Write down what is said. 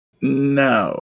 No